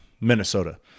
Minnesota